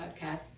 Podcast